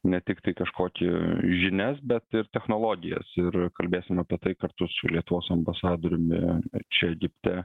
ne tiktai kažkokį žinias bet ir technologijas ir kalbėsime apie tai kartu su lietuvos ambasadoriumi čia egipte